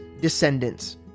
descendants